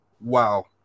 Wow